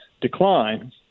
decline